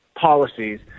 policies